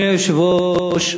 אדוני היושב-ראש,